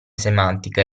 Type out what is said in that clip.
semantica